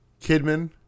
Kidman